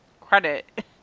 credit